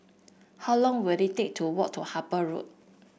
how long will it take to walk to Harper Road